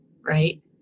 right